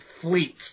fleet